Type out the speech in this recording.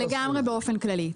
לגמרי באופן כללי.